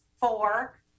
four